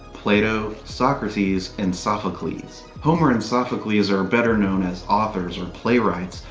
plato, socrates, and sophocles. homer and sophocles are better known as authors or playwrights,